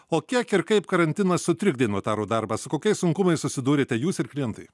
o kiek ir kaip karantinas sutrikdė notarų darbą su kokiais sunkumais susidūrėte jūs ir klientai